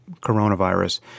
coronavirus